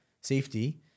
safety